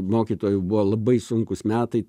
mokytojui buvo labai sunkūs metai